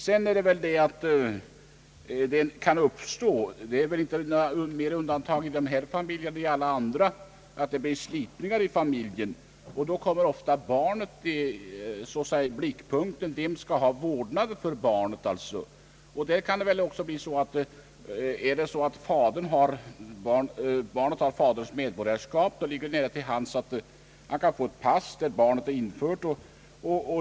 Det är givet att det i dessa familjer lika väl som i svenska familjer kan uppstå slitningar med skilsmässa som följd. Då kommer barnet i blickpunkten och frågan uppstår om vem som skall få vårdnaden om det. Har barnet faderns medborgarskap, har denne kanske också ett pass där barnet är infört.